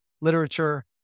literature